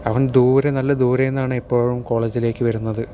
അവൻ ദൂരെ നല്ല ദൂരെന്നാണ് ഇപ്പോഴും കോളേജിലേക്ക് വരുന്നത്